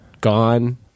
gone